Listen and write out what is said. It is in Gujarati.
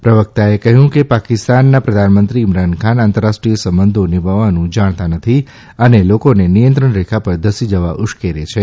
પ્રવક્તાએ કહ્યું કે પાકિસ્તાનના પ્રધાનમંત્રી ઇમરાન ખાન આંતરરાષ્ટ્રીય સંબંધો નિભાવવાનું જાણતા નથી અને લોકોને નિયંત્રણ રેખા પર ધસી જવા ઉશ્કેરે છે